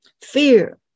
Fear